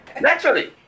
Naturally